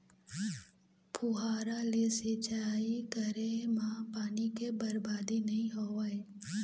फुहारा ले सिंचई करे म पानी के बरबादी नइ होवय